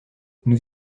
nous